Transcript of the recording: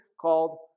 called